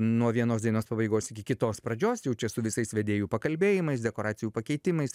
nuo vienos dainos pabaigos iki kitos pradžios jau čia su visais vedėjų pakalbėjimais dekoracijų pakeitimais